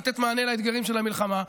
לתת מענה לאתגרים של המלחמה,